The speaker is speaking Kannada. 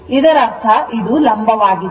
ಇದರರ್ಥ ಇದು ಲಂಬವಾಗಿದೆ